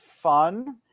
fun